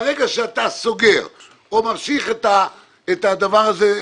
ברגע שאתה סוגר או ממשיך את הדבר הזה,